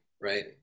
right